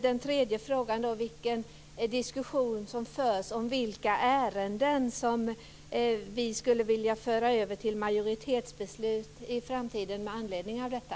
Den tredje frågan gäller vilken diskussion som förs om vilka ärenden vi skulle vilja föra över till majoritetsbeslut i framtiden med anledning av detta.